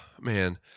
man